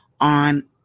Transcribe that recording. on